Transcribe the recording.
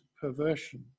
perversion